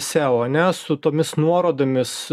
seo ane su tomis nuorodomis